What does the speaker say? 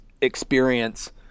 experience